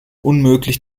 unmöglich